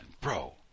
bro